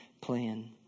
plan